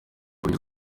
ukuri